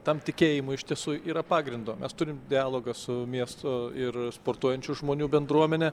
tam tikėjimui iš tiesų yra pagrindo mes turim dialogą su miesto ir sportuojančių žmonių bendruomene